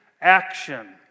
action